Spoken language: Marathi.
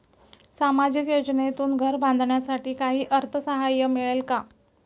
सामाजिक योजनेतून घर बांधण्यासाठी काही अर्थसहाय्य मिळेल का?